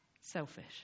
selfish